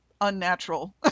unnatural